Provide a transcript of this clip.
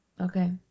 Okay